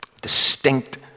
Distinct